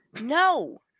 no